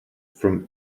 from